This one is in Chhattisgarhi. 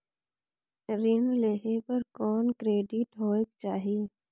ऋण लेहे बर कौन क्रेडिट होयक चाही?